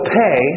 pay